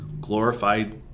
glorified